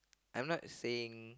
I'm not saying